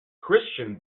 christian